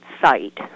site